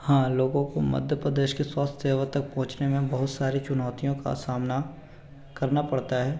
हाँ लोगों को मध्य प्रदेश के स्वास्थ्य सेवा तक पहुंचने में बहुत सारी चुनौतियों का सामना करना पड़ता है